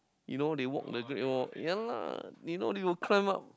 you know they walk the Great Wall ya lah you know they will climb up